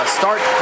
start